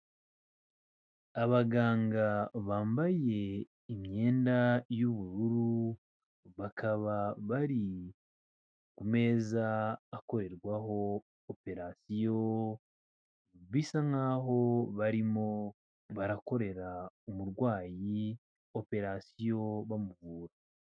Abaganga bambaye imyenda y'ubururu, bakaba bari ku meza akorerwaho operasiyo, bisa nkaho barimo barakorera umurwayi operasiyo bamuvura.